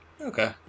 Okay